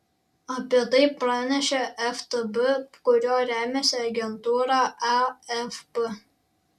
apie tai pranešė ftb kuriuo remiasi agentūra afp